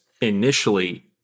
initially